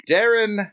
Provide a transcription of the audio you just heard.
Darren